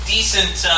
Decent